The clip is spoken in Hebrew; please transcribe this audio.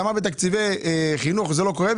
למה בתקציבי חינוך זה לא קורה?